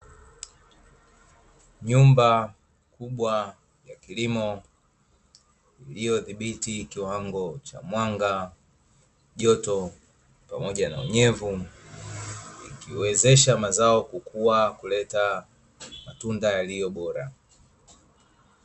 Nyumba kubwa ya kilimo iliodhibiti kiwango cha mwanga, joto pamoja na unyevu ikiwezesha mazao kukua kuleta matunda yalio bora.